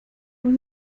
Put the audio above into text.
was